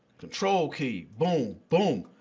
control key, boom, boom.